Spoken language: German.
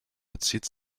bezieht